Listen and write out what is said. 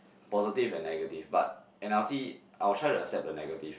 positive and negative but and I'll see I'll try to accept the negative